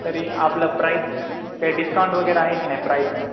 तरी आपलं प्राईस काही डिस्काउंट वगैरे आहे की नाही प्राईसमध्ये